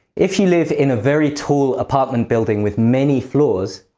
if you live in a very tall apartment building with many floors,